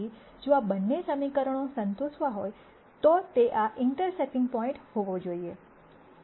પછી જો આ બંને સમીકરણો સંતોષવા હોય તો તે આ ઇન્ટરસેકટિંગ પોઇન્ટ હોવો જોઈએ